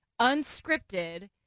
unscripted